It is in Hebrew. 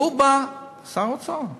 והוא בא, שר האוצר,